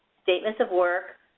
statements of work,